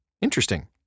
Interesting